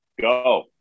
Go